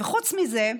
וחוץ מזה,